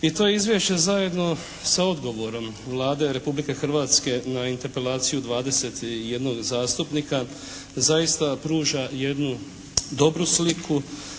i to izvješće zajedno sa odgovorom Vlade Republike Hrvatske na interpelaciju 21 zastupnika zaista pruža jednu dobru sliku